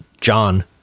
John